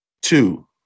Two